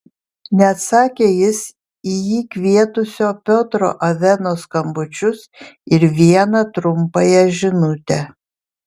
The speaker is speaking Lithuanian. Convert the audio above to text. neatsakė jis į jį kvietusio piotro aveno skambučius ir vieną trumpąją žinutę